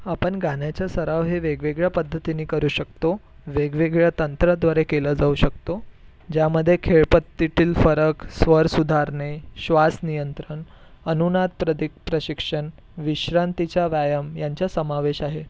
आपण गाण्याचा सराव हे वेगवेगळ्या पद्धतीने करू शकतो वेगवेगळ्या तंत्राद्वारे केला जाऊ शकतो ज्यामध्ये खेळपत्तीतील फरक स्वर सुधारणे श्वास नियंत्रण अनुनात्रदिक प्रशिक्षण विश्रांतीचा व्यायाम यांचा समावेश आहे